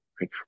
right